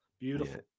Beautiful